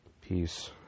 Peace